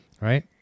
right